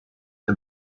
the